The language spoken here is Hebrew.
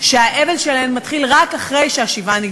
באמת מוות נורא, אכזרי ומיותר.